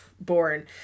born